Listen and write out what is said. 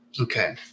Okay